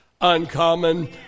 Uncommon